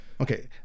Okay